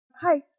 Hi